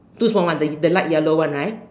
two small one the the light yellow one right